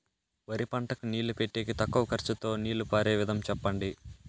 వరి పంటకు నీళ్లు పెట్టేకి తక్కువ ఖర్చుతో నీళ్లు పారే విధం చెప్పండి?